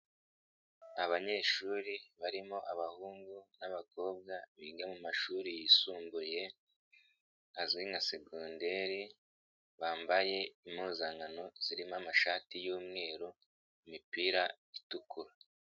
Abanyeshuri barimo abahungu n'abakobwa biga mu mashuri yisumbuye azwi nka segonderi bambaye impuzankano zirimo amashati y'umweru, imipira itukura.